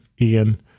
Ian